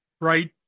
right